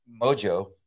mojo